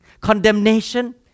Condemnation